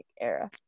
era